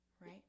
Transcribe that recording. right